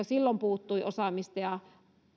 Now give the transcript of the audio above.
silloin puuttui osaamista ja